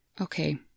okay